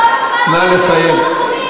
למה "דם לדם"?